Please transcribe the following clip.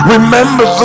Remember